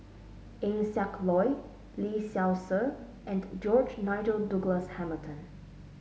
Eng Siak Loy Lee Seow Ser and George Nigel Douglas Hamilton